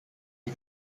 die